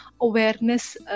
awareness